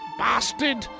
bastard